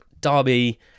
Derby